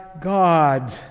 God